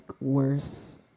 worse